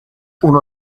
uno